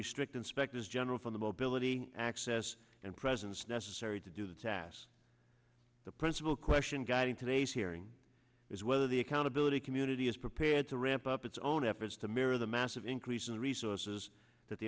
restrict inspectors general from the mobility access and presence necessary to do the task the principal question guiding today's hearing is whether the accountability community is prepared to ramp up its own efforts to mirror the massive increase in the resources that the